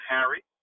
Harry